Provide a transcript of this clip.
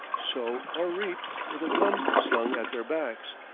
sow, or reap with a gun slung at their backs,